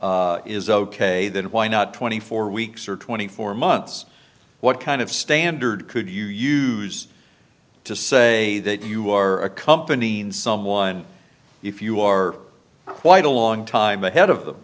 early is ok then why not twenty four weeks or twenty four months what kind of standard could you use to say that you are accompanying someone if you are quite a long time ahead of them